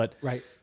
Right